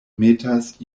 metas